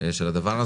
של הדבר הזה.